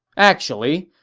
actually,